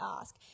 ask